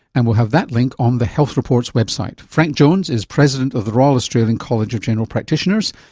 and we'll have that link on the health report website. frank jones is president of the royal australian college of general practitioners.